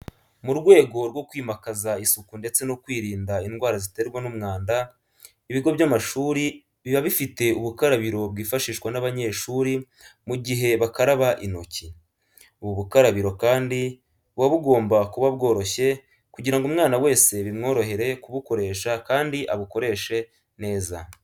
Mu rwego rwo kwimakaza isuku ndetse no kwirinda indwara ziterwa n'umwanda, ibigo by'amashuri biba bifite ubukarabiro bwifashishwa n'amanyeshuri mu gihe bakaraba intoki. Ubu bukarabiro kandi buba bugomba kuba bworoshye kugira ngo umwana wese bimworohere kubukoresha kandi abukoreshe neza.